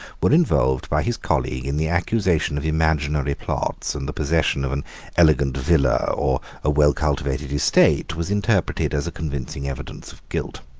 were involved, by his colleague, in the accusation of imaginary plots and the possession of an elegant villa, or a well-cultivated estate, was interpreted as a convincing evidence of guilt.